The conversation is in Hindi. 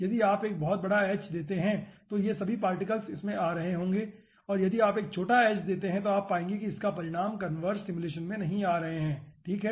यदि आप एक बहुत बड़ा h देते हैं तो सभी पार्टिकल इसमें आ रहे होंगे और यदि आप एक छोटा देते हैं तो आप पाएंगे कि आपके परिणाम कन्वर्ज सिमुलेशन में नहीं आ रहे हैं ठीक है